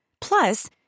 Plus